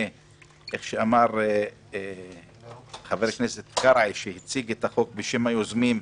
חבר הכנסת קרעי, שהציג את החוק בשם היוזמים,